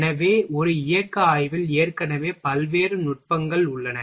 எனவே ஒரு இயக்க ஆய்வில் ஏற்கனவே பல்வேறு நுட்பங்கள் உள்ளன